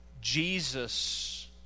Jesus